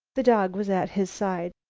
the dog was at his side.